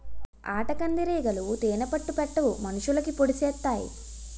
ఆటకందిరీగలు తేనే పట్టు పెట్టవు మనుషులకి పొడిసెత్తాయి